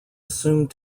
assumed